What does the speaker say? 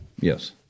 Yes